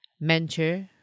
mentor